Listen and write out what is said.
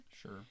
sure